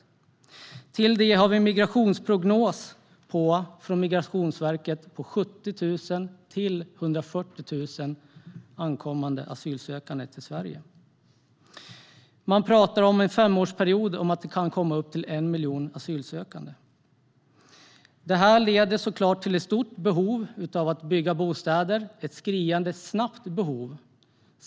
Därtill har vi en migrationsprognos från Migrationsverket om 70 000-140 000 asylsökande till Sverige. Man talar om att det under femårsperiod kan komma upp till 1 miljon asylsökande. Detta leder såklart till ett stort behov av att bygga bostäder och att det behöver ske snabbt.